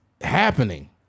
happening